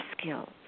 skills